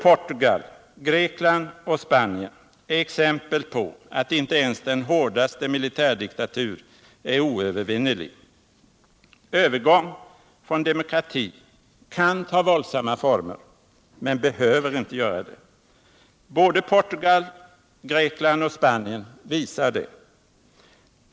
Portugal, Grekland och Spanien är exempel på att inte ens den hårdaste militärdiktatur är oövervinnelig. Övergång från diktatur till demokrati kan ta våldsamma former, men behöver inte göra det. Både Portugal, Grekland och Spanien visar det.